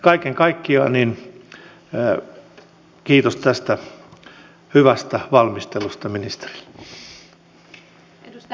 kaiken kaikkiaan kiitos tästä hyvästä valmistelusta ministerille